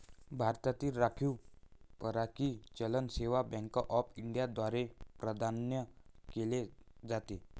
भारतातील राखीव परकीय चलन सेवा बँक ऑफ इंडिया द्वारे प्रदान केले जाते